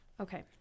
Okay